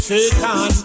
Satan